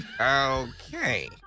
Okay